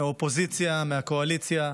מהאופוזיציה, מהקואליציה,